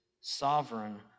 sovereign